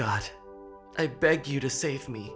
god i beg you to save me